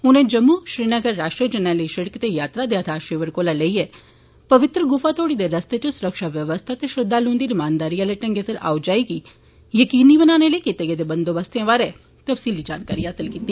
उनें जम्मू श्रीनगर राष्ट्रीय जरनैली सड़क ते यात्रा दे आधार शिविर कोला लेइयै पवित्र गुफा तोड़ी दे रस्ते च सुरक्षा व्यवस्था ते श्रद्धालुएं दी रमानदारी आले गै सिर आओ जाई गी यकीनी बनाने लेई कीते गेदे बंदोबस्तें बारै तफसीली जानकारी हासल कीती